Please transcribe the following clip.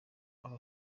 aba